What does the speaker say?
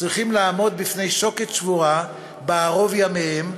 צריכים לעמוד בפני שוקת שבורה בערוב ימיהם,